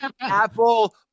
Apple